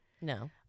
No